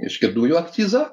reiškia dujų akcizą